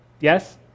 Yes